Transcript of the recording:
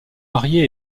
marié